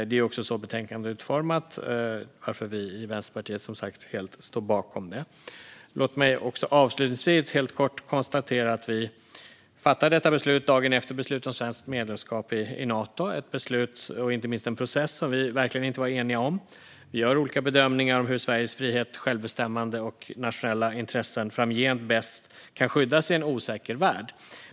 Det är också så betänkandet är utformat, varför vi i Vänsterpartiet som sagt helt står bakom det. Låt mig avslutningsvis helt kort konstatera att vi fattar detta beslut dagen efter beslutet om svenskt medlemskap i Nato - ett beslut och inte minst en process som vi verkligen inte var eniga om. Vi gör olika bedömningar av hur Sveriges frihet, självbestämmande och nationella intressen framgent bäst kan skyddas i en osäker värld.